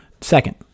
Second